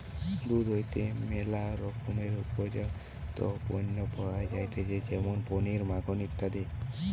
দুধ হইতে ম্যালা রকমের উপজাত পণ্য পাওয়া যাইতেছে যেমন পনির, মাখন ইত্যাদি